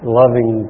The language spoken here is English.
loving